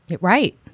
Right